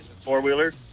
four-wheeler